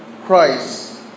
Christ